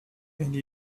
elle